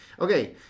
Okay